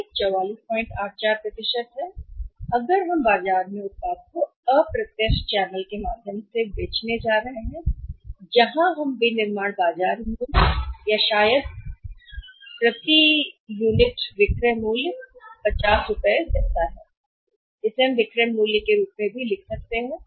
यह 4484 है अगर हम बाजार में उत्पाद को अप्रत्यक्ष चैनल के माध्यम से बेचने जा रहे हैं जहां हम विनिर्माण बाजार मूल्य या शायद प्रति विक्रय मूल्य कहते हैं यूनिट 50 जैसी कुछ हो सकती है आप इसे विक्रय मूल्य के रूप में भी लिख सकते हैं